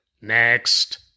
Next